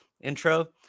intro